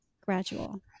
gradual